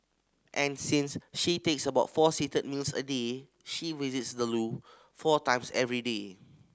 and since she takes about four seated meals a day she visits the loo four times every day